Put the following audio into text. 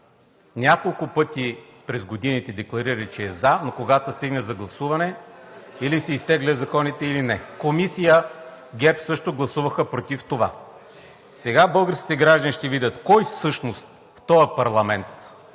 няколко пъти през годините декларира, че е за, но когато се стигне за гласуване или се изтеглят законите, или не. В Комисията ГЕРБ също гласуваха против това. Сега българските граждани ще видят кой всъщност в този парламент